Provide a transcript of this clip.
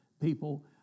people